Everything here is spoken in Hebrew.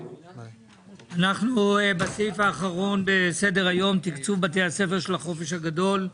אנחנו בסעיף האחרון בסדר-היום: תקצוב בתי הספר של החופש הגדול.